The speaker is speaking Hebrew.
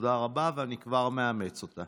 תודה רבה, ואני כבר מאמץ אותה.